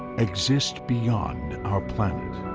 exist beyond our planet.